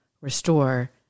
restore